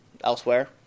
elsewhere